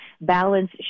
balance